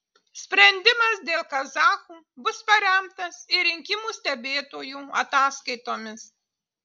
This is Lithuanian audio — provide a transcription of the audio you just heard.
sprendimas dėl kazachų bus paremtas ir rinkimų stebėtojų ataskaitomis